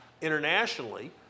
internationally